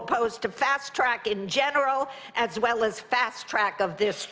opposed to fast track in general as well as fast track of this